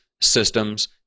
systems